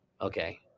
Okay